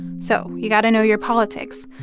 so you got to know your politics.